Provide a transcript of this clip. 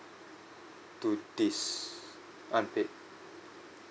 to this unpaid